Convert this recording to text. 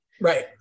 Right